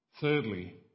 Thirdly